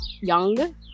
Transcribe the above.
young